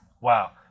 Wow